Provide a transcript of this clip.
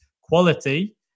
quality